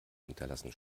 hinterlassen